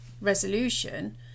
resolution